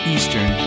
Eastern